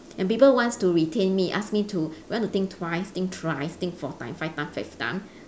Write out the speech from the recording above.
and people wants to retain me ask me to you want to think twice think thrice think four times five times fifth times